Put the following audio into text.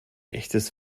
echtes